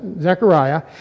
Zechariah